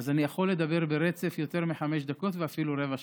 אני יכול לדבר ברצף יותר מחמש דקות ואפילו רבע שעה.